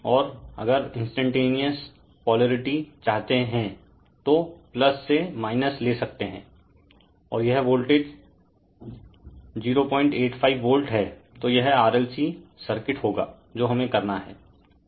और अगर instantaneous polarity चाहते हैं तो से - ले सकते हैं और यह वोल्टेज 085 वोल्ट हैं तो यह RLC सर्किट होगा जो हमे करना हैं